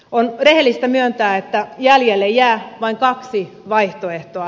on rehellistä myöntää että jäljelle jää vain kaksi vaihtoehtoa